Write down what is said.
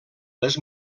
les